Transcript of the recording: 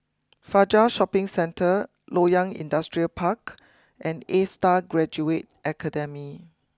Fajar Shopping Centre Loyang Industrial Park and A Star Graduate Academy